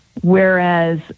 Whereas